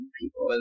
people